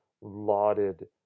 lauded